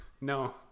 No